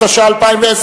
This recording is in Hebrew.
התשע"א 2010,